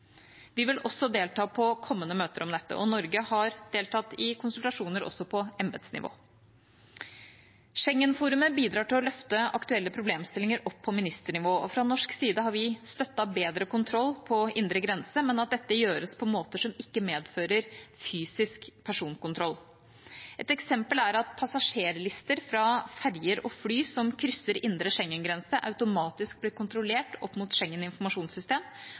Vi vil også delta på kommende møter om dette. Norge har deltatt i konsultasjoner også på embetsnivå. Schengen-forumet bidrar til å løfte aktuelle problemstillinger opp på ministernivå. Fra norsk side har vi støttet bedre kontroll på indre grense, men at dette gjøres på måter som ikke medfører fysisk personkontroll. Et eksempel er at passasjerlister fra ferger og fly som krysser indre Schengen-grense, automatisk blir kontrollert opp mot Schengens informasjonssystem